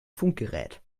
funkgerät